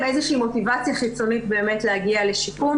איזו שהיא מוטיבציה חיצונית להגיע לשיקום.